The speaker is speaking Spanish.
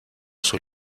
sus